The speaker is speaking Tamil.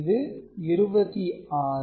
இது 26